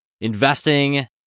investing